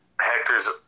Hector's